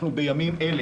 בימים אלה,